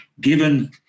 Given